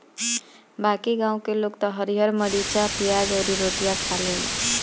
बाकी गांव के लोग त हरिहर मारीचा, पियाज अउरी रोटियो खा लेला